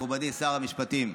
מכובדי שר המשפטים,